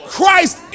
Christ